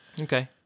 okay